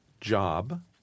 Job